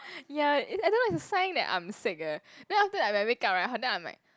ya it I don't know it's a sign that I'm sick eh then after like when I wake up right then I'm like